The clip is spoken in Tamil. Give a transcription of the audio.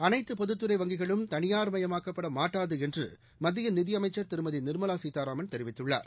அனைத்துபொதுத்துறை வங்கிகளும் தனியார் மயமாக்க்ப்படமாட்டாதுஎன்றுமத்தியநிதியமைச்சர் திருமதிநிர்மலாசீதாராமன் தெரிவித்துள்ளார்